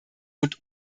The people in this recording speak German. und